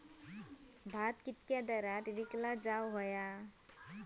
भात कित्क्या दरात विकला जा?